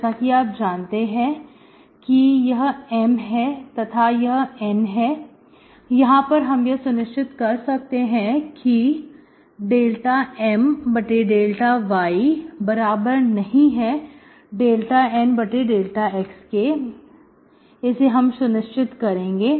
जैसा कि आप जानते हैं कि यह M है तथा यहN है यहां पर हम यह सुनिश्चित कर सकते हैं कि ∂M∂y∂N∂x हमें से सुनिश्चित करेंगे